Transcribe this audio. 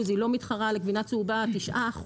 היא לא מתחרה לגבינה צהובה 9%,